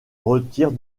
retire